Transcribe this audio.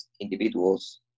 individuals